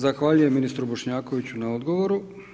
Zahvaljujem ministru Bošnjakoviću na odgovoru.